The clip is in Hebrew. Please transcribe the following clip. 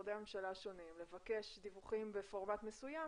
משרדי הממשלה השונים ולבקש דיווחים של השרים בפורמט מסוים